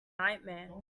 nightmare